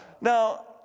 now